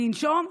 אני אנשום,